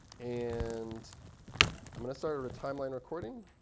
and i'm going to start our timeline recording